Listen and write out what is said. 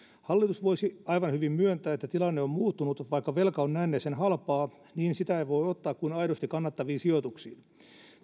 hallitus voisi aivan hyvin myöntää että tilanne on muuttunut vaikka velka on näennäisen halpaa niin sitä ei voi ottaa kuin aidosti kannattaviin sijoituksiin